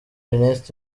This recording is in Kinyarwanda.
ernest